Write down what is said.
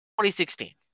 2016